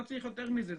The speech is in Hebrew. לא צריך יותר מזה,